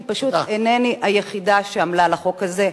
כי פשוט אינני היחידה שעמלה על החוק הזה.